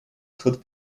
could